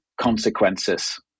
consequences